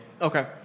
Okay